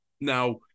Now